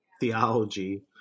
theology